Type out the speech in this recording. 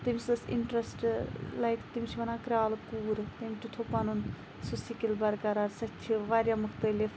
تٔمِس ٲسۍ interest like تٔمِس چھِ وَنان کرالہٕ کوٗر تٔمۍ تہِ تھوو پَنُن سُہ سِکِل بَرقَرارسۄ چھِ واریاہ مُختَلِف